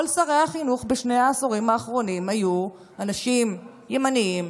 כל שרי החינוך בשני העשורים האחרונים היו אנשים ימנים,